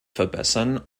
verbessern